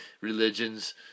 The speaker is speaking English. religions